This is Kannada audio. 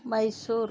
ಮೈಸೂರು